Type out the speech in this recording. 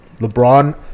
LeBron